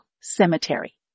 Cemetery